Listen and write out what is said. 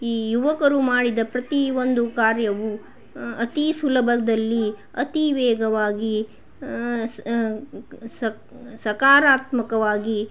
ಈ ಯುವಕರು ಮಾಡಿದ ಪ್ರತೀ ಒಂದು ಕಾರ್ಯವು ಅತೀ ಸುಲಭದಲ್ಲಿ ಅತೀ ವೇಗವಾಗಿ ಸಕ್ ಸಕಾರಾತ್ಮಕವಾಗಿ